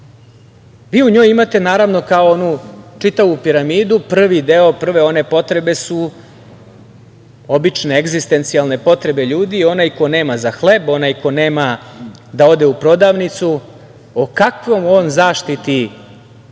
vi u njoj imate, naravno, kao onu čitavu piramidu, prvi deo, prve one potrebe su obične, egzistencijalne potrebe ljudi, onaj ko nema za hleb, onaj ko nema da ode u prodavnicu, o kakvoj on zaštiti može